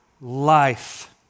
life